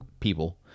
People